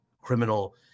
criminal